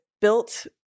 built